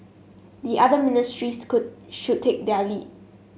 the other ministries should take their lead